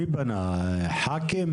מי פנה, חברי כנסת?